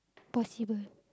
possible